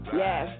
yes